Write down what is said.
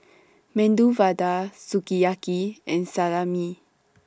Medu Vada Sukiyaki and Salami